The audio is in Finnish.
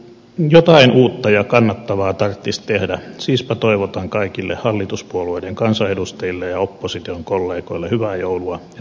jotain uutta ja kannattavaa tarvitsisi tehdä siispä toivotan kaikille hallituspuolueiden kansanedustajille ja opposition kollegoille hyvää joulua ja parempaa uutta vuotta